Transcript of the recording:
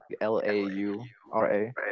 L-A-U-R-A